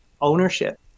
ownership